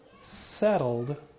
settled